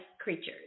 Creatures